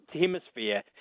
Hemisphere